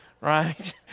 right